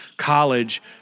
college